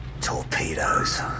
Torpedoes